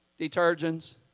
detergents